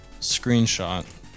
screenshot